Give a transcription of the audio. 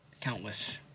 Countless